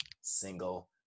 single